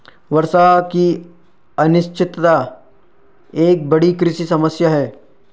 वर्षा की अनिश्चितता एक बड़ी कृषि समस्या है